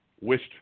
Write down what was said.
wished